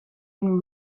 been